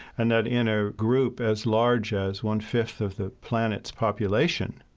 and that in a group as large as one fifth of the planet's population,